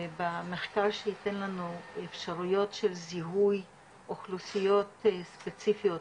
ובמחקר שייתן לנו אפשרויות של זיהוי אוכלוסיות ספציפיות,